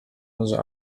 onze